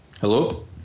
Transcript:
hello